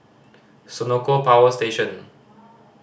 Senoko Power Station